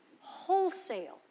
wholesale